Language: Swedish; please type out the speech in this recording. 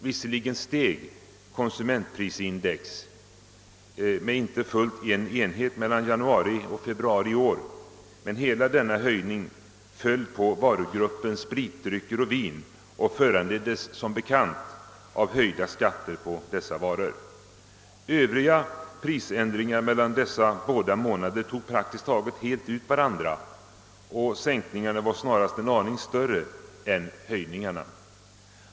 Visserligen steg konsumentprisindex med inte fullt en enhet mellan januari och februari i år, men hela denna höjning föll på varugruppen spritdrycker och vin och föranleddes som bekant av höjda skatter på dessa varor. Övriga prisändringar mellan dessa båda månader tog praktiskt taget helt ut varandra; sänkning arna var snarast en aning större än höjningarna.